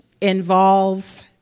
involves